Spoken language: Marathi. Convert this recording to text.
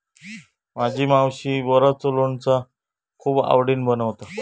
माझी मावशी बोराचा लोणचा खूप आवडीन बनवता